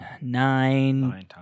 nine